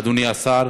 אדוני השר?